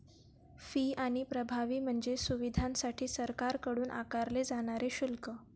fee आणि प्रभावी म्हणजे सुविधांसाठी सरकारकडून आकारले जाणारे शुल्क